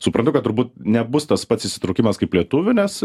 suprantu kad turbūt nebus tas pats įsitraukimas kaip lietuvių nes